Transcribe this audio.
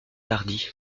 tardy